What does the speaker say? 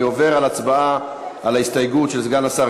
אני עובר להצבעה על ההסתייגות של סגן השר